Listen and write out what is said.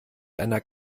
einer